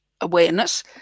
awareness